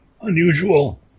unusual